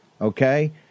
okay